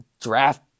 draft